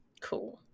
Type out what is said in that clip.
Cool